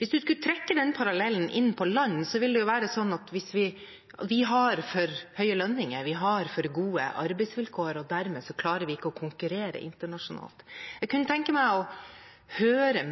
Hvis en skulle trekke en parallell inn på land, ville det være sånn at vi har for høye lønninger, vi har for gode arbeidsvilkår, og dermed klarer vi ikke å konkurrere internasjonalt. Jeg kunne tenke meg å høre